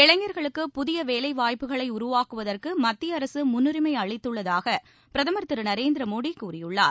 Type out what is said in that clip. இளைஞா்களுக்கு புதிய வேலைவாய்ப்புகளை உருவாக்குவதற்கு மத்திய அரசு முன்னுரிமை அளித்துள்ளதாக பிரதமர் திரு நரேந்திர மோடி கூறியுள்ளார்